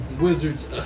Wizards